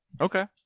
okay